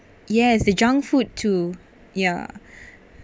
yes the junk food too ya